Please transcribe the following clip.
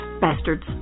Bastards